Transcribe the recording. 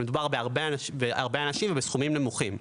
מדובר בהרבה אנשים ובסכומים נמוכים.